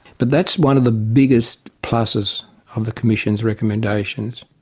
but that's one of the biggest pluses of the commission's recommendations.